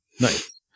Nice